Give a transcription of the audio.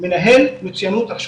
מנהל מצויינות רשותית,